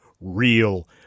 real